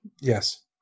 yes